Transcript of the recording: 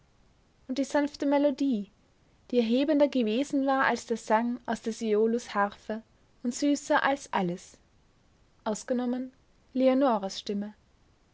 und die sanfte melodie die erhebender gewesen war als der sang aus des äolus harfe und süßer als alles ausgenommen eleonoras stimme